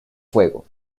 fuego